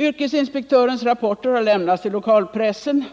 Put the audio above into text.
Yrkesinspektörens rapporter har lämnats till lokalpressen,